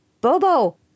Bobo